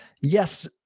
yes